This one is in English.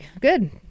Good